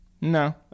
No